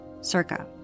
Circa